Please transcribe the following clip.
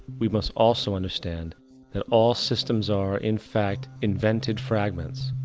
we must also understand that all systems are, in fact, invented fragments,